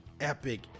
epic